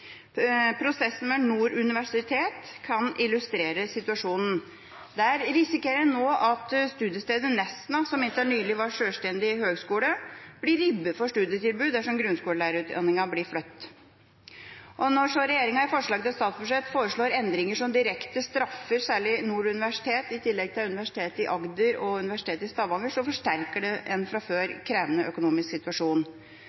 Prosessen ved Nord universitet kan illustrere situasjonen. Der risikerer man nå at studiestedet Nesna, som inntil nylig hadde sjølstendig høgskole, blir ribbet for studietilbud dersom grunnskolelærerutdanningen blir flyttet. Når så regjeringa i forslaget til statsbudsjett foreslår endringer som direkte straffer særlig Nord universitet, i tillegg til Universitetet i Agder og Universitetet i Stavanger, forsterker det en fra